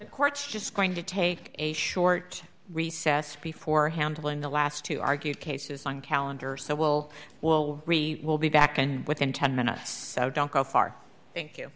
the court's just going to take a short recess before handling the last two argued cases on calendar so will well we will be back and within ten minutes so don't go far thank you